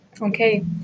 Okay